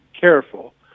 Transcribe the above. careful